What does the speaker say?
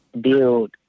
build